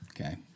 Okay